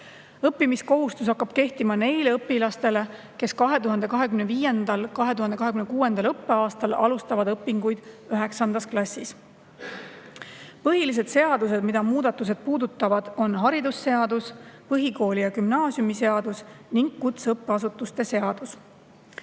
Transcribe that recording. Õppimiskohustus hakkab kehtima neile õpilastele, kes 2025.–2026. õppeaastal alustavad õpinguid üheksandas klassis. Põhilised seadused, mida muudatused puudutavad, on haridusseadus, põhikooli- ja gümnaasiumiseadus ning kutseõppeasutuse seadus.